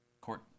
court